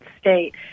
state